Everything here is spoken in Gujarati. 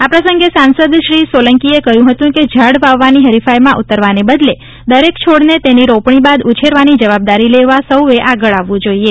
આ પ્રસંગે સાંસદ શ્રી સોલંકીએ કહ્યું હતું કે ઝાડ વાવવાની હરિફાઇમાં ઉતરવાને બદલે દરેક છોડને તેની રોપણી બાદ ઉછેરવાની જવાબદારી લેવા સૌએ આગળ આવવું જોઇએ